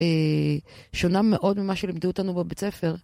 שונה מאוד ממה שלימדו אותנו בבית הספר.